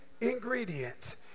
ingredients